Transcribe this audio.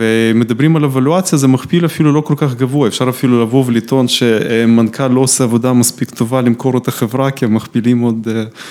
ומדברים על אבלואציה זה מכפיל אפילו לא כל כך גבוה, אפשר אפילו לבוא ולטעון שמנכ״ל לא עושה עבודה מספיק טובה למכור את החברה כי הם מכפילים עוד.